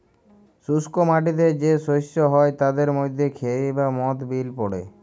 শুস্ক মাটিতে যে শস্য হ্যয় তাদের মধ্যে খেরি বা মথ বিল পড়ে